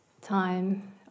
time